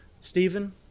stephen